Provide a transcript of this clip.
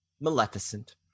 Maleficent